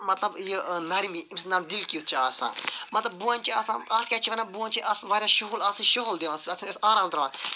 مَطلَب یہِ نرمی أمس دِل کیُتھ چھُ آسان مَطلَب بونہِ چھِ آسہِ اتھ کیاہ چھُ بونہ کیاہ چھُ اتھ چھُ واریاہ شُہُل دِوان اتھ چھِ أسۍ آرام تراوان